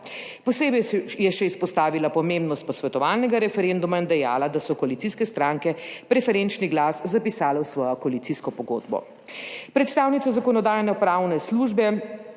Posebej je še izpostavila pomembnost posvetovalnega referenduma in dejala, da so koalicijske stranke preferenčni glas zapisale v svojo koalicijsko pogodbo. Predstavnica Zakonodajnopravne službe